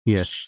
Yes